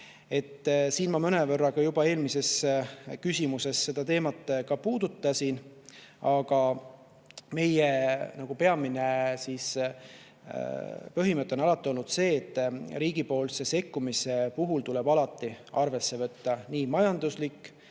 Ma mõnevõrra ka juba eelmises küsimuses seda teemat puudutasin. Meie peamine põhimõte on alati olnud see, et riigi sekkumise puhul tuleb alati arvesse võtta nii majanduslik,